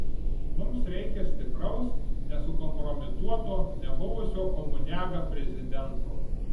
mums reikia stipraus nesukompromituoto nebuvusio komuniaga prezidento